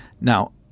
now